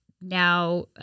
now